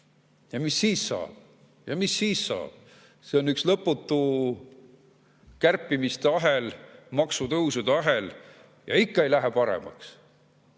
Ja mis siis saab? Jah, mis siis saab? See on üks lõputu kärpimiste ahel, maksutõusude ahel, aga ikka ei lähe paremaks. Ja